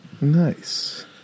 Nice